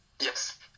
Yes